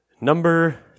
Number